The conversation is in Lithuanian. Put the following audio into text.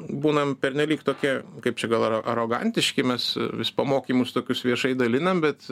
būnam pernelyg tokie kaip čia gal a arogantiški mes vis pamokymus tokius viešai dalinam bet